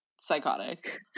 psychotic